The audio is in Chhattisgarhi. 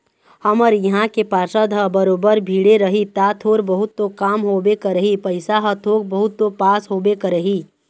हमर इहाँ के पार्षद ह बरोबर भीड़े रही ता थोर बहुत तो काम होबे करही पइसा ह थोक बहुत तो पास होबे करही